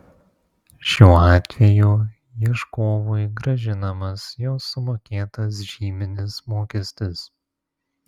šiuo atveju ieškovui grąžinamas jo sumokėtas žyminis mokestis